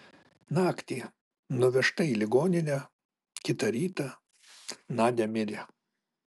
naktį nuvežta į ligoninę kitą rytą nadia mirė